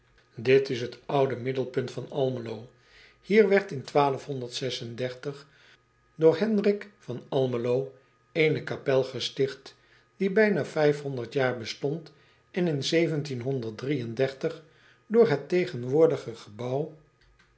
it is het oude middelpunt van lmelo ier werd in door enric van lmelo eene kapel gesticht die bijna jaar bestond en in door het tegenwoordige gebouw